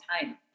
time